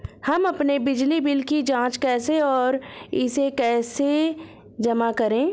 हम अपने बिजली बिल की जाँच कैसे और इसे कैसे जमा करें?